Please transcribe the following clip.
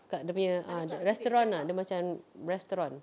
dekat dia punya ha restaurant ah dia macam restaurant